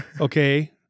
okay